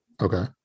Okay